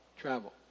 travel